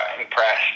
impressed